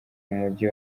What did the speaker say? mujyi